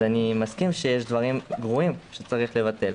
אני מסכים שיש דברים ברורים שצריך לבטל.